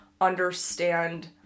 understand